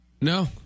No